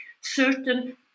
Certain